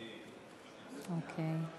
אוקיי,